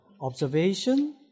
Observation